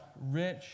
rich